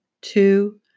Two